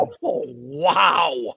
Wow